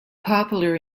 popular